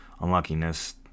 unluckiness